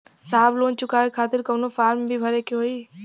साहब लोन चुकावे खातिर कवनो फार्म भी भरे के होइ?